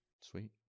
Sweet